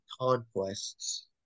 conquests